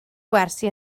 gwersi